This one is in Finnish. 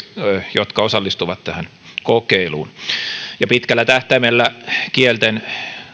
jotka osallistuvat tähän kokeiluun ja pitkällä tähtäimellä kielten